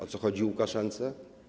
O co chodzi Łukaszence?